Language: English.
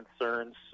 concerns